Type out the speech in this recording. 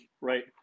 right